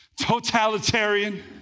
totalitarian